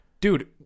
Dude